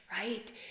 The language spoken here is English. right